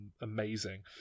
amazing